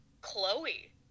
Chloe